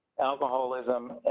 alcoholism